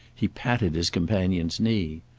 he patted his companion's knee.